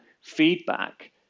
feedback